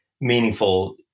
meaningful